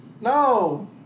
no